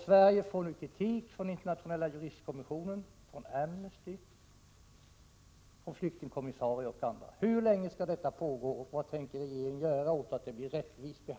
Sverige får kritik från bl.a. den internationella juristkommissionen, Amnesty och flyktingkommissarien. Hur länge skall detta pågå, och